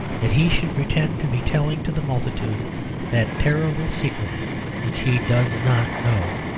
that he should pretend to be telling to the multitude that terrible secret which he does not know.